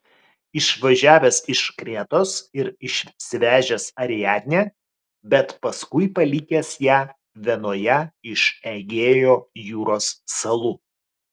išvažiavęs iš kretos ir išsivežęs ariadnę bet paskui palikęs ją vienoje iš egėjo jūros salų